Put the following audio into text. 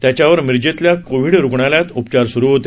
त्यांच्यावर मिरजेतल्या कोव्हीड रूग्णालयात उपचार सुरू होते